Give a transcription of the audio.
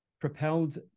propelled